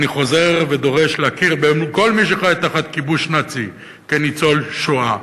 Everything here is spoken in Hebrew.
אני חוזר ודורש להכיר בכל מי שחי תחת כיבוש נאצי כניצול השואה.